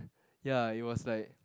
ya it was like